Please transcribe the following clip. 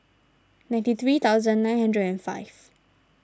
ninety three thousand nine hundred and five